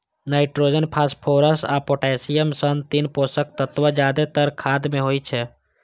nitrogen, phosphorus आ potassium सन तीन पोषक तत्व जादेतर खाद मे होइ छै